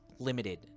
limited